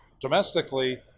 domestically